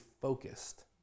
focused